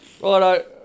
Right